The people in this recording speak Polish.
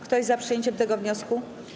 Kto jest za przyjęciem tego wniosku?